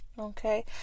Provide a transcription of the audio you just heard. Okay